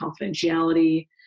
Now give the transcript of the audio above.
confidentiality